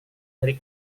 dari